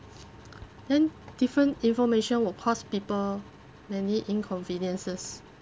then different information will cost people many inconveniences